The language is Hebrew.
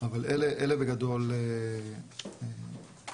אבל אלה בגדול הגורמים,